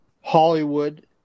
Hollywood